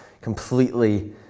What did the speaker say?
completely